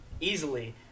easily